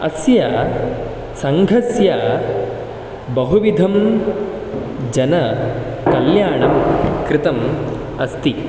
अस्य सङ्घस्य बहुविधं जनकल्याणं कृतम् अस्ति